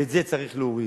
ואת זה צריך להוריד.